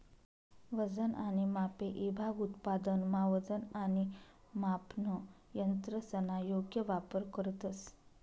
वजन आणि मापे ईभाग उत्पादनमा वजन आणि मापन यंत्रसना योग्य वापर करतंस